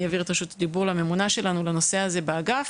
אני אעביר את רשות הדיבור לממונה שלנו בנושא הזה באגף,